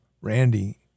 Randy